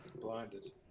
Blinded